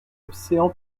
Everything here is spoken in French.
l’océan